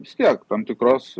vistiek tam tikros